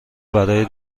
برای